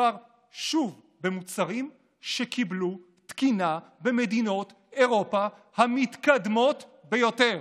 מדובר שוב במוצרים שקיבלו תקינה במדינות אירופה המתקדמות ביותר.